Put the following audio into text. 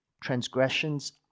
transgressions